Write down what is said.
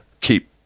keep